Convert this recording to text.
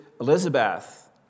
Elizabeth